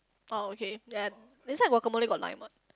oh okay ya that's why guacamole got lime what